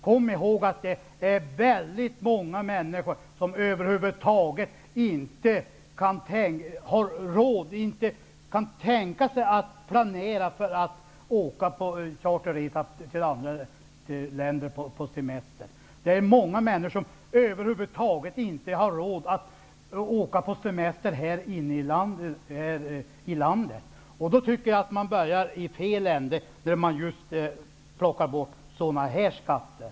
Kom ihåg att väldigt många människor över huvud taget inte kan tänka sig att planera för att åka på charterresa till andra länder på semestern, eftersom de inte har råd. Många människor har över huvud taget inte råd att åka på semester, inte ens i Sverige. Jag tycker att man börjar i fel ände om man börjar ta bort just sådana här skatter.